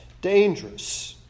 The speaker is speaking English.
dangerous